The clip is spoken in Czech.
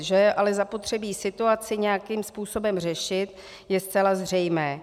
Že je ale zapotřebí situaci nějakým způsobem řešit, je zcela zřejmé.